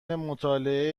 مطالعه